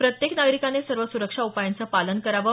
प्रत्येक नागरिकाने सर्व सुरक्षा उपायांचं पालन करावं